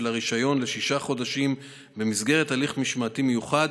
הרישיון לשישה חודשים במסגרת הליך משמעתי מיוחד,